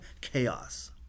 chaos